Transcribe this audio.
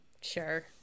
Sure